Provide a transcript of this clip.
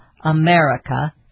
America